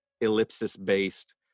ellipsis-based